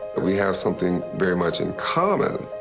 we have something very much in common,